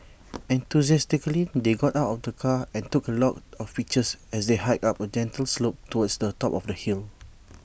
enthusiastically they got out of the car and took A lot of pictures as they hiked up A gentle slope towards the top of the hill